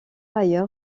ailleurs